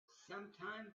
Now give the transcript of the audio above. sometime